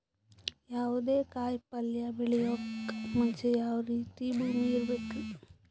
ಯಾವುದೇ ಕಾಯಿ ಪಲ್ಯ ಬೆಳೆಯೋಕ್ ಮುಂಚೆ ಯಾವ ರೀತಿ ಭೂಮಿ ಇರಬೇಕ್ರಿ?